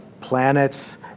planets